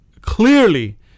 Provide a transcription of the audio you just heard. clearly